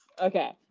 Okay